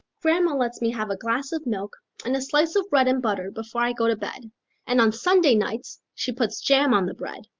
grandma lets me have a glass of milk and a slice of bread and butter before i go to bed and on sunday nights she puts jam on the bread,